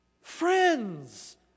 friends